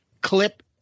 clip